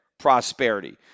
Prosperity